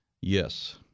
Yes